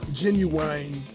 genuine